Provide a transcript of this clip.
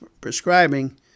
prescribing